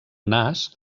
nas